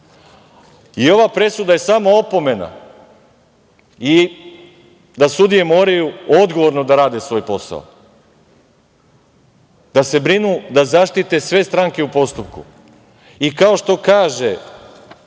I ova presuda je samo opomena da sudije moraju odgovorno da rade svoj posao, da se brinu da zaštite sve stranke u postupku i kao što kaže